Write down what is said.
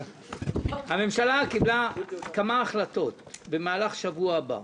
הממשלה קיבלה כמה החלטות במהלך שבוע הבא.